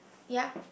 ya